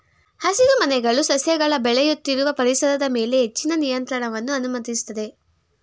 ಹಸಿರುಮನೆಗಳು ಸಸ್ಯಗಳ ಬೆಳೆಯುತ್ತಿರುವ ಪರಿಸರದ ಮೇಲೆ ಹೆಚ್ಚಿನ ನಿಯಂತ್ರಣವನ್ನು ಅನುಮತಿಸ್ತದೆ